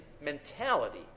mentality